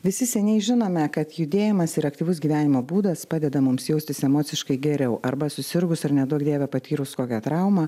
visi seniai žinome kad judėjimas ir aktyvus gyvenimo būdas padeda mums jaustis emociškai geriau arba susirgus ar neduok dieve patyrus kokią traumą